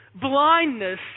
blindness